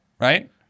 Right